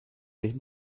sich